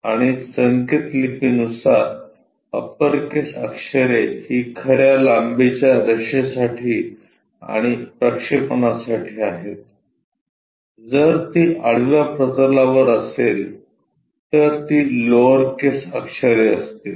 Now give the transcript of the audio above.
आणि संकेतलिपी नुसार अप्पर केस अक्षरे ही खर्या लांबीच्या रेषेसाठी आणि प्रक्षेपणासाठी आहेत जर ती आडव्या प्रतलावर असेल तर ती लोअरकेस अक्षरे असतील